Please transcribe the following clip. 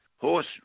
horse